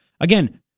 again